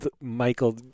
Michael